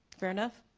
fair enough?